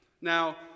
Now